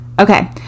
okay